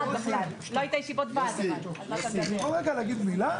בין הקריאה השנייה והשלישית נדון כמובן בעניין.